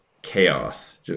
chaos